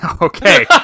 Okay